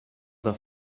huit